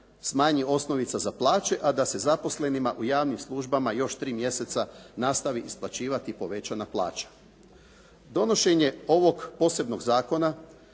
smanji osnovica za plaće a da se zaposlenima u javnim službama još 3 mjeseca nastavi isplaćivati povećana plaća. Donošenje ovog posebnog zakona